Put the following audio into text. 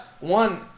one